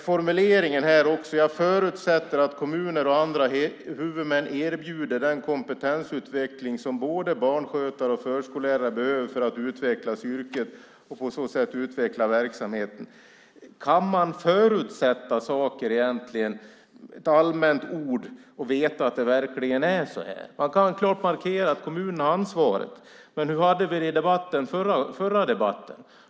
Formuleringen i svaret är: "Jag förutsätter att kommuner och andra huvudmän erbjuder den kompetensutveckling som både barnskötare och förskollärare behöver för att utvecklas i yrket och på så sätt utveckla verksamheten." Kan man egentligen förutsätta saker med allmänna ord och veta att det verkligen är så här? Man kan klart markera att kommunerna har ansvaret. Men hur var det i förra debatten?